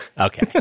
Okay